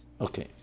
Okay